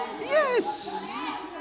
Yes